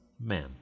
man